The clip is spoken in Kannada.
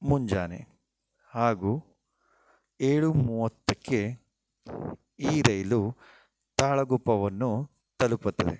ಮುಂಜಾನೆ ಹಾಗೂ ಏಳು ಮೂವತ್ತಕ್ಕೆ ಈ ರೈಲು ತಾಳಗುಪ್ಪವನ್ನು ತಲುಪುತ್ತದೆ